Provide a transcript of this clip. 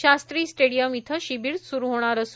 Shastri stadium इथं शिबीर सुरु होणार आहे